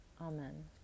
Amen